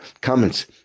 comments